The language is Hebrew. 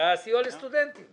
באיזה אזורי תעשייה מדובר?